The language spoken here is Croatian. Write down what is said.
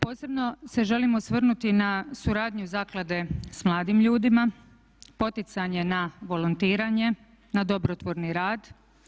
Posebno se želim osvrnuti na suradnju zaklade sa mladim ljudima, poticanje na volontiranje, na dobrotvorni rad.